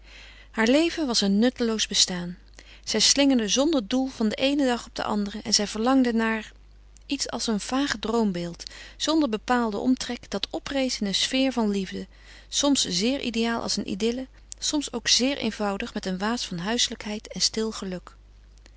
haar leven was een nutteloos bestaan zij slingerde zonder doel van den eenen dag op den anderen en zij verlangde naar iets als een vaag droombeeld zonder bepaalden omtrek dat oprees in een sfeer van liefde soms zeer ideaal als een idylle soms ook zeer eenvoudig met een waas van huiselijkheid en stil geluk